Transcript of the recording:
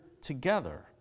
together